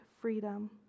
freedom